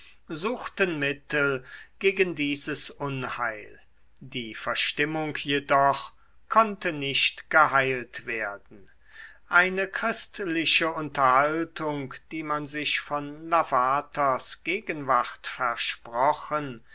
suchten mittel gegen dieses unheil die verstimmung jedoch konnte nicht geheilt werden eine christliche unterhaltung die man sich von lavaters gegenwart versprochen